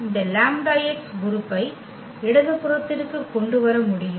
இந்த λx உறுப்பை இடது புறத்திற்கு கொண்டு வர முடியும்